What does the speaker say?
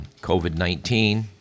COVID-19